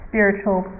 spiritual